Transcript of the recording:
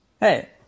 Hey